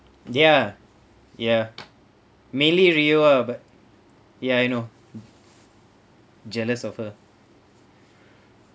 ya ya mainly real ah but ya you know jealous of her